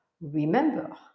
Remember